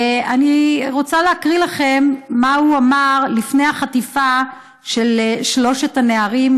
אני רוצה להקריא לכם מה הוא אמר לפני החטיפה של שלושת הנערים,